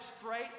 straight